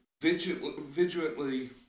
vigilantly